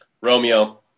Romeo